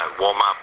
warm-up